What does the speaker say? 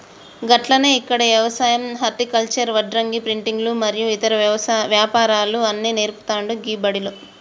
గట్లనే ఇక్కడ యవసాయం హర్టికల్చర్, వడ్రంగి, ప్రింటింగు మరియు ఇతర వ్యాపారాలు అన్ని నేర్పుతాండు గీ బడిలో